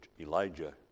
Elijah